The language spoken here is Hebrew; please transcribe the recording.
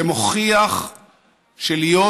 זה מוכיח שלהיות